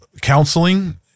counseling